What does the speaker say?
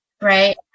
right